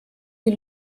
die